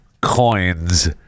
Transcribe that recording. coins